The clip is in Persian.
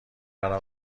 برا